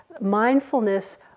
mindfulness